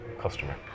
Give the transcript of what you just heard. customer